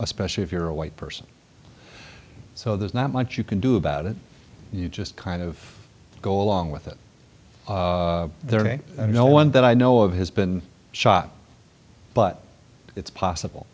especially if you're a white person so there's not much you can do about it you just kind of go along with it there and no one that i know of has been shot but it's possible